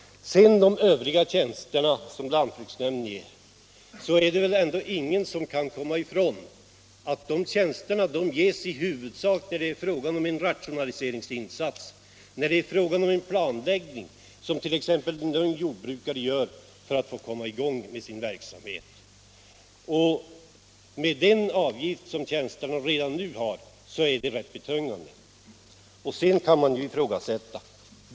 När det sedan gäller de övriga tjänster som lantbruksnämnderna lämnar är det ingen som kan komma ifrån att de i huvudsak ges när det är fråga om en rationaliseringsinsats eller en planläggning, som t.ex. en ung jordbrukare gör för att komma i gång med sin verksamhet. Den avgift som redan betalas för tjänsterna är rätt betungande och kan ifrågasättas.